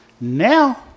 Now